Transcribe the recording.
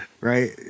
right